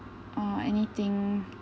or anything